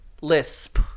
Lisp